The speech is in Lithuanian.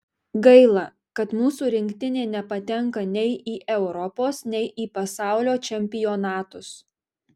gaila kad mūsų rinktinė nepatenka nei į europos nei į pasaulio čempionatus